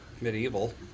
Medieval